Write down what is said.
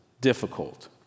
difficult